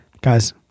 Guys